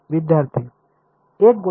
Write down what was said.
विद्यार्थी एक गोष्ट